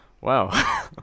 Wow